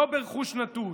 לא ברכוש נטוש,